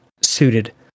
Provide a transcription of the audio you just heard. suited